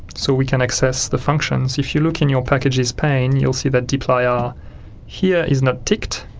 so we can access the functions. if you look in your packages pane, you'll see that dplyr here is not ticked,